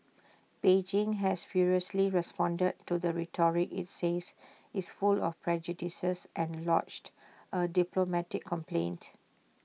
Beijing has furiously responded to the rhetoric IT says is full of prejudices and lodged A diplomatic complaint